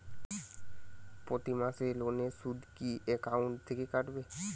প্রতি মাসে লোনের সুদ কি একাউন্ট থেকে কাটবে?